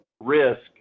risk